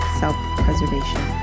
self-preservation